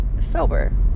Sober